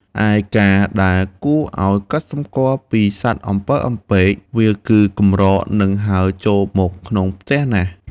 ឯប្រការដែលគួរឱ្យកត់សំគាល់ពីសត្វអំពិលអំពែក គឺវាកម្រនឹងហើរចូលមកក្នុងផ្ទះណាស់។